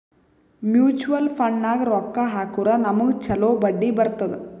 mutual ಫಂಡ್ನಾಗ್ ರೊಕ್ಕಾ ಹಾಕುರ್ ನಮ್ಗ್ ಛಲೋ ಬಡ್ಡಿ ಬರ್ತುದ್